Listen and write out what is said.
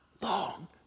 long